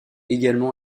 également